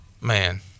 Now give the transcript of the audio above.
man